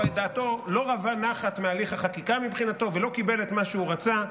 דעתו לא רוותה נחת מהליך החקיקה מבחינתו ולא קיבל את מה שהוא רצה,